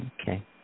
Okay